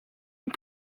les